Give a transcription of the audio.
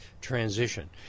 transition